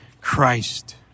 Christ